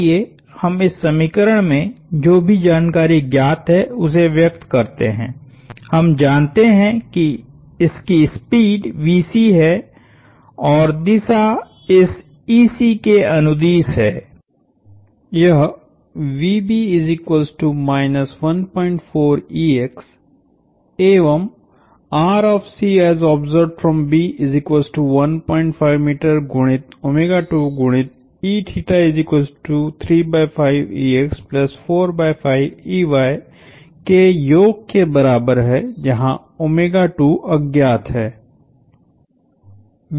आइए हम इस समीकरण में जो भी जानकारी ज्ञात हैं उसे व्यक्त करते हैं हम जानते हैं कि इसकी स्पीडहै और दिशा इसके अनुदिश है यह vB 14 ex एवं गुणित गुणित के योग के बराबर है जहा अज्ञात है